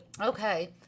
Okay